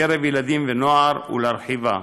בקרב ילדים ונוער, ולהרחיבה.